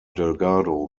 delgado